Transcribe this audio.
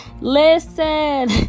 Listen